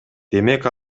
демек